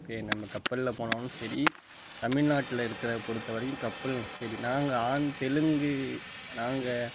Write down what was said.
இப்பேயே நம்ம கப்பலில் போனாலும் சரி தமிழ்நாட்டில் இருக்கிறத பொறுத்தவரையும் கப்பல்னால் சரி நாங்கள் ஆந் தெலுங்கு நாங்கள்